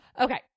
Okay